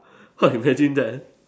!wah! imagine that